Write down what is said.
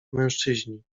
mężczyźni